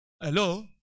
Hello